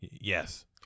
Yes